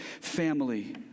family